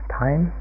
time